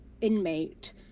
inmate